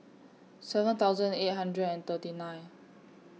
seven thousand eight hundred and thirty nine